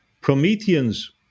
prometheans